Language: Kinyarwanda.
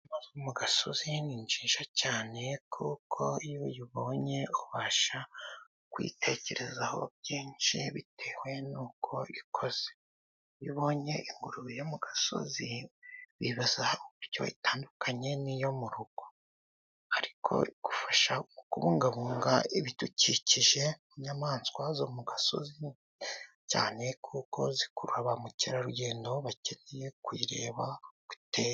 Inyamaswa yo mu gasozi nziza cyane kuko iyo uyibonye ubasha kuyitekerezaho byinshi bitewe nuko ikozwe. Iyo ubonye ingurube yo mu gasozi bibaza uburyo itandukanye n'iyo mu rugo. Ariko igufasha mu kubungabunga ibidukikije. Inyamaswa zo mu gasozi cyane kuko zikurura ba mukerarugendo bakeneye kuyireba uko iteye.